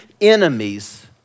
enemies